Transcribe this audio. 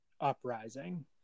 uprising